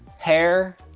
hair.